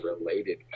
related